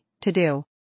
to-do